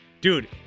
Dude